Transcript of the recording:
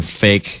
fake